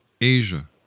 Asia